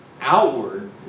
outward